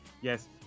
Yes